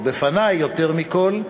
ובפנַי יותר מכול,